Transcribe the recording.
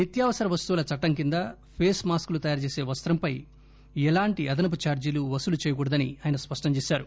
నిత్యావసర వస్తువుల చట్టం కింద ఫీస్ మాస్కులు తయారుచేసీ వస్తం పై ఎలాంటి అదనపు చార్లీలు వసూలు చేయకూడదని ఆయన స్పష్టం చేశారు